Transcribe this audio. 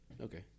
Okay